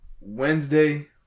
Wednesday